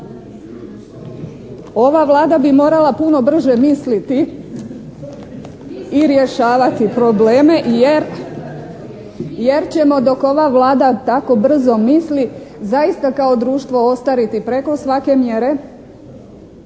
Ova Vlada bi morala puno brže misliti i rješavati probleme jer ćemo dok ova Vlada tako brzo misli zaista kao društvo ostariti preko svake mjere